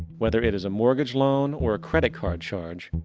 whether it is a mortgage loan or a credit card charge,